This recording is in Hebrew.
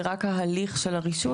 זה רק ההליך של הרישוי,